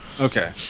Okay